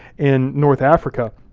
in north africa.